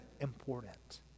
important